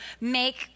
make